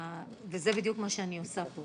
וזה בדיוק מה שאני עושה פה,